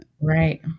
Right